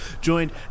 joined